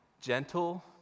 gentle